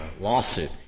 lawsuit